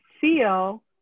feel